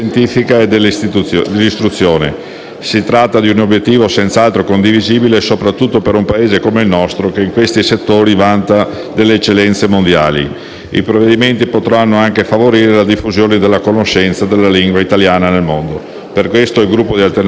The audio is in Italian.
Si tratta di un obiettivo senz'altro condivisibile, soprattutto per un Paese come il nostro, che in questi settori vanta delle eccellenze mondiali. I provvedimenti potranno anche favorire la diffusione della conoscenza della lingua italiana nel mondo. Per questo il Gruppo di Alternativa Popolare voterà favorevolmente.